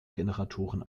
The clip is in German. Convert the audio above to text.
generatoren